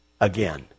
again